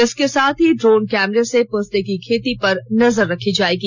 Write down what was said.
इसके साथ ही ड्रोन कैमरे से पोस्ते की खेत पर नजर रखी जाएगी